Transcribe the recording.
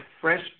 fresh